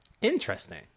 Interesting